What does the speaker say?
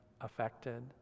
affected